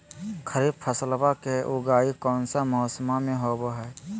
खरीफ फसलवा के उगाई कौन से मौसमा मे होवय है?